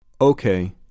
Okay